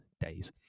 days